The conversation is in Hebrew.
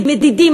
מדידים.